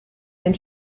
den